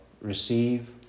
receive